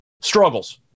struggles